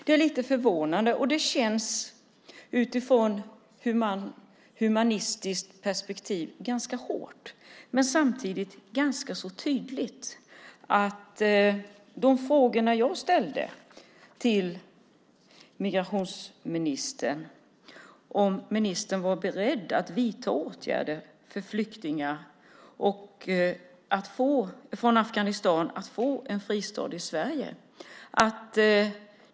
Det är lite förvånande, och det känns utifrån ett humanistiskt perspektiv ganska hårt. Men samtidigt är det ganska tydligt. Jag ställde frågor till migrationsministern om huruvida ministern var beredd att vidta åtgärder för flyktingar från Afghanistan att få en fristad i Sverige.